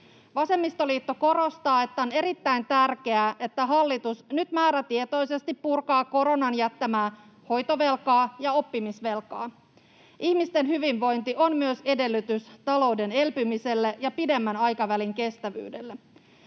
Vasemmistoliitto korostaa, että on erittäin tärkeää, että hallitus nyt määrätietoisesti purkaa koronan jättämää hoitovelkaa ja oppimisvelkaa. Ihmisten hyvinvointi on myös edellytys talouden elpymiselle ja pidemmän aikavälin kestävyydelle.